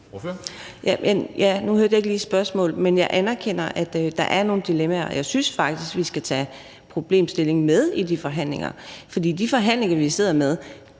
Nu hørte jeg ikke lige et spørgsmål, men jeg anerkender, at der er nogle dilemmaer. Og jeg synes faktisk, at vi skal tage problemstillingen med i de forhandlinger, for de forhandlinger, vi sidder med,